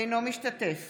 אינו משתתף